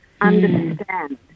understand